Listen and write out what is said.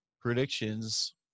predictions